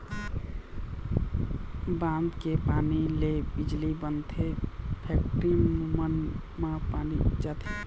बांध के पानी ले बिजली बनथे, फेकटरी मन म पानी जाथे